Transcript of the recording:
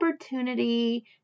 opportunity